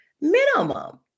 minimum